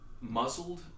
muzzled